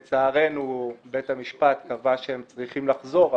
לצערנו, בית המשפט קבע שהם צריכים לחזור,